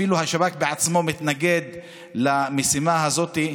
אפילו השב"כ בעצמו מתנגד למשימה הזאת,